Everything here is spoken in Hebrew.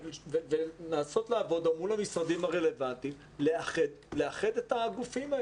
ולנסות לעבוד מול המשרדים הרלוונטיים כדי לאחד את הגופים.